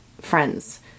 friends